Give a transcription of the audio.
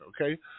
okay